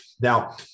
Now